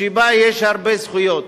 שבה יש הרבה זכויות,